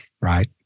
right